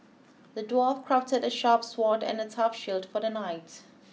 the dwarf crafted a sharp sword and a tough shield for the knight